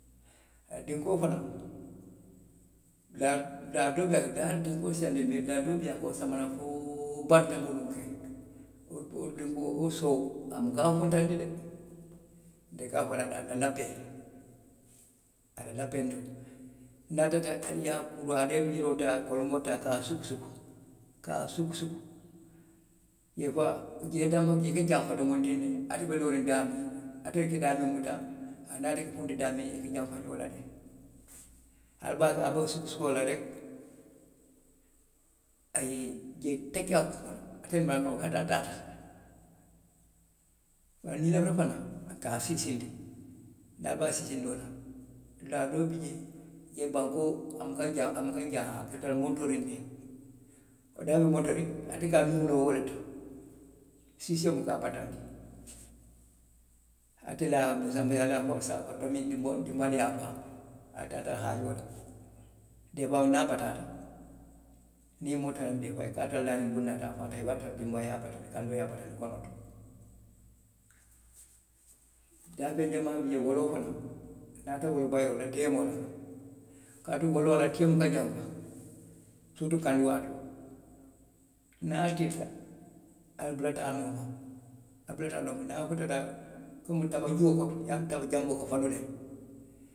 A ye dinkoo fanundi dulaa doo, dulaa doo a ye dinkoo siyaandi mee dulaa doo bi jee a ka wo sanba naŋ fo banta domondiŋ wo dinkoo, wo soo a buka a funtandi de ntelu ka a fo ye le a la lappee, a la lappee nteŋ, niŋ ali taata ali ka yiroo taa kolomoo taa ka a sukusuku ka a sukusuku deefuwaa jee ka jee ka janfa domondiŋ ne ali be looriŋ daamiŋ, atelu ka daamiŋ muta aniŋ ate funti daamiŋ jee ka janfa ñoo la le, ali be a kaŋ ali be wo sukusukoo la rek a ye jee taki a kuŋo la alitelu maŋ a loŋ a taata daamiŋ bari niŋ i lafita fanaŋ, ka a siisiindi niŋ ali be a siisiindoo la, dulaa doo bi jee, jee bankoo a buka jaa a buka jaa a ka tara montoriŋ bari daamiŋ be montoriŋ, ate a nuŋo loo wo le to siisio buka a bataandi saayiŋ bituŋ ali ye a korosi tonbii jumaa le ye a faa ali taata ali la haajoo la deefuwaa niŋ a bataata niŋ i muruuta naŋ jee, deefuwaa i ka a tara laariŋ bundaa la a faata wo ye a tara dinbaa ye a bataandi, kandoo ye a bataandi daafeŋ jamaa bi jee, woloo fanaŋ i taata wolo bayoo la deemoo loŋ, kaatu woloo la tio buka janfa sirituu kandi waatoo niŋ a tiita ali bulata a nooma, ali bulata a nooma niŋ a futata taba huo kono i ye a loŋ taba janboo ka fanu le.